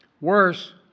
Worse